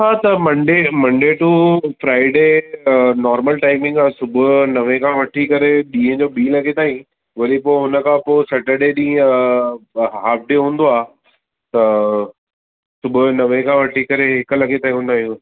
हा त Monday Monday to Friday normal timing आहे सुबुहु जो नवे खां वठी करे ॾींहं जो ॿीं लॻे ताईं वरी पोइ हुन खां पोइ सैटरडे ॾींहुं हाल्फ डे हूंदो आहे त सुबुह जो नवें खां वठी करे हिकु लॻे ताईं हूंदा आहियूं